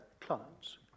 clients